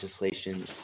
legislation